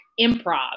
improv